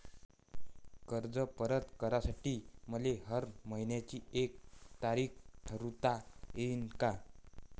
कर्ज परत करासाठी मले हर मइन्याची एक तारीख ठरुता येईन का?